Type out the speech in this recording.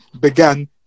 began